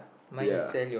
ya